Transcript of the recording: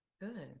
Good